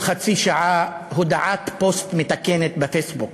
חצי שעה הודעת פוסט מתקנת בפייסבוק,